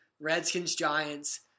Redskins-Giants